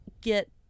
get